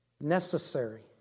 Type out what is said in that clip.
necessary